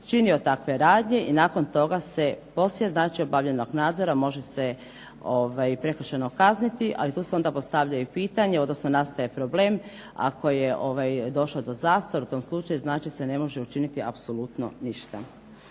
činio takve radnje i nakon toga se poslije znači obavljenog nadzora može se prekršajno kazniti. Ali tu se onda postavlja i pitanje, odnosno nastaje problem ako je došlo do zastare u tom slučaju, znači da se ne može učiniti apsolutno ništa.